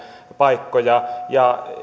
paikkoja ja